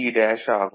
C' ஆகும்